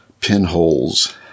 pinholes